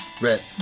Red